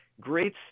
great